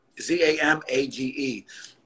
Z-A-M-A-G-E